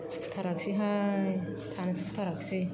सुखुथारासैहाय थानो सुखुथारासै